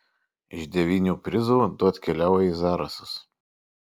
iš devynių prizų du atkeliauja į zarasus